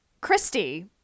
Christy